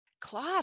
Cloth